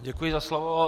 Děkuji za slovo.